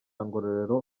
ngororero